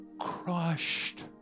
crushed